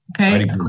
Okay